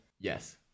Yes